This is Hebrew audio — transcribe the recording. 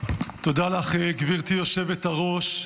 תודה לך, גברתי היושבת-ראש.